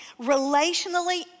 relationally